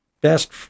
best